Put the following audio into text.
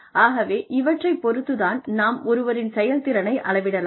ஆகவே இவற்றைப் பொறுத்து தான் நாம் ஒருவரின் செயல்திறனை அளவிடலாம்